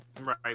Right